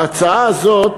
ההצעה הזאת